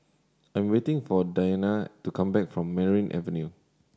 I am waiting for Dianna to come back from Merryn Avenue